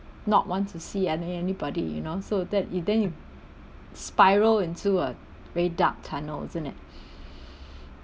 not want to see any~ anybody you know so that it then you spiral into a very dark tunnel isn't it